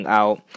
out